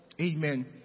Amen